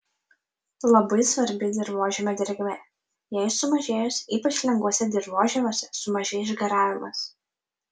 labai svarbi dirvožemio drėgmė jai sumažėjus ypač lengvuose dirvožemiuose sumažėja išgaravimas